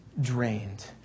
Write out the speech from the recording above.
drained